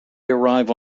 arrive